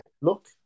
Look